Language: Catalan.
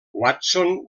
watson